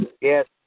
Yes